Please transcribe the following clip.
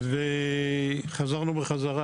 וחזרנו בחזרה